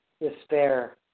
despair